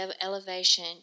elevation